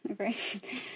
okay